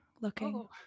looking